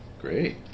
Great